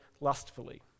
lustfully